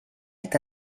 est